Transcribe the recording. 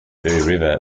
river